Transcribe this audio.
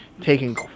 taking